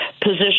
position